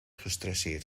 gestresseerd